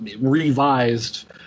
revised